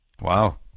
Wow